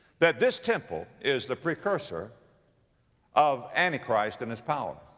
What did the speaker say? that this temple is the precursor of antichrist and his power.